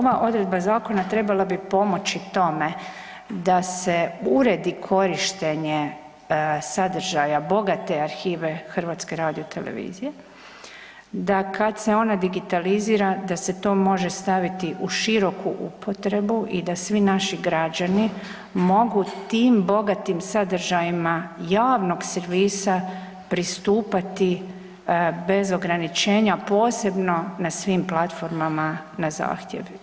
Ova odredba zakona trebala bi pomoći tome da se uredi korištenje sadržaja bogate arhive Hrvatske radiotelevizije, da kada se ona digitalizira da se to može staviti u široku upotrebu i da svi naši građani mogu tim bogatim sadržajima javnog servisa pristupiti bez ograničenja posebno na svim platformama na zahtjev.